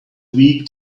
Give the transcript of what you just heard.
week